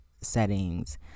settings